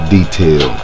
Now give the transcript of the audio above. Detail